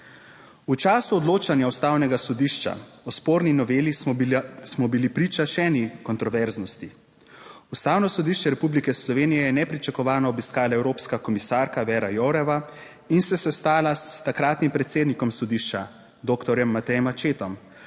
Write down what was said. V času odločanja Ustavnega sodišča o sporni noveli smo bili priče še eni kontroverznosti. Ustavno sodišče Republike Slovenije je nepričakovano obiskala evropska komisarka Vera Joureva in se sestala s takratnim predsednikom sodišča doktorjem Matejem Accettom,